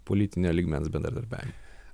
politinio lygmens bendradarbiavimai